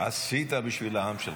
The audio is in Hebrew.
עשית בשביל העם שלך.